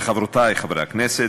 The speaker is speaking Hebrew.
וחברותי חברי הכנסת,